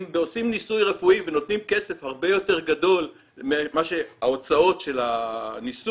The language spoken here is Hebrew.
אם עושים ניסוי רפואי ונותנים כסף הרבה יותר גדול מההוצאות של הניסוי,